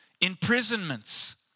imprisonments